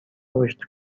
رشد